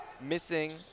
missing